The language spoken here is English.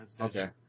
okay